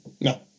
No